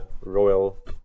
royal